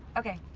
okay.